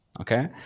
Okay